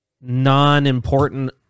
non-important